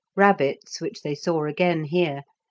rabbits, which they saw again here,